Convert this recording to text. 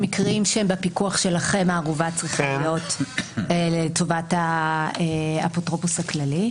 במקרים שהם בפיקוח שלכם הערובה צריכה להיות לטובת האפוטרופוס הכללי.